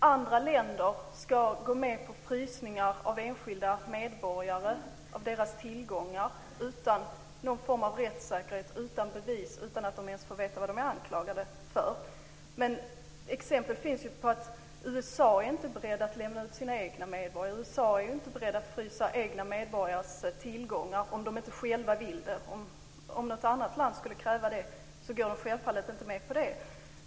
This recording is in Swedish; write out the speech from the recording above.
Andra länder ska gå med på frysningar av enskilda medborgares tillgångar utan någon form av rättssäkerhet, utan bevis, utan att de ens får veta vad de är anklagade för. Det finns dock exempel på att USA inte är berett att lämna ut sina egna medborgare eller att frysa egna medborgares tillgångar om man inte själv vill det. Om något annat land skulle kräva det går man självfallet inte med på det.